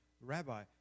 Rabbi